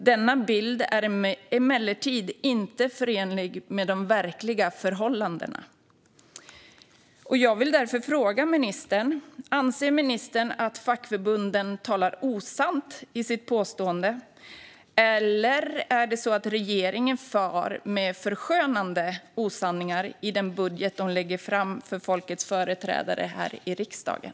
Denna bild är emellertid inte förenlig med de verkliga förhållandena. Jag vill därför fråga ministern om han anser att fackförbunden talar osant i sitt påstående, eller om det är så att regeringen far med förskönande osanningar i den budget de lägger fram för folkets företrädare här i riksdagen.